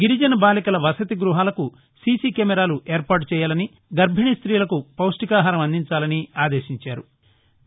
గిరిజన బాలికల వసతి గ్బహాలకు సిసి కెమెరాలు ఏర్పాటు చేయాలని గర్బిణీ ట్రీలకు పౌష్లికాహారం అందించాలని ఆదేశించారు